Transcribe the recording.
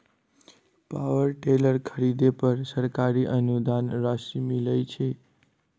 Power tiller खरीदे पर सरकारी अनुदान राशि मिलय छैय?